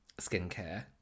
skincare